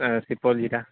سپول ضلع